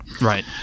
right